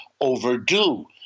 overdue